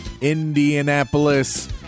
Indianapolis